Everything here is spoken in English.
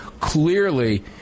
clearly